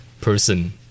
person